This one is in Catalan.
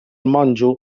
monjo